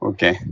Okay